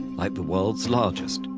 like the world's largest,